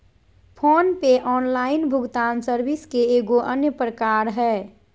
phone पे online भुगतान service के एगो अन्य प्रकार हय